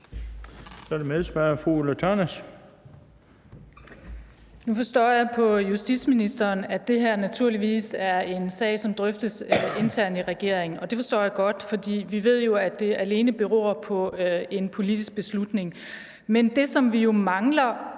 Nu forstår jeg på justitsministeren, at det her naturligvis er en sag, som drøftes internt i regeringen. Og det forstår jeg godt, for vi ved jo, at det alene beror på en politisk beslutning. Men det, som vi jo mangler